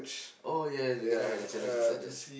oh yes you cannot have the challenge inside there